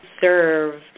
serve